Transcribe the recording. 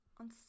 on